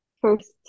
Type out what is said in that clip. first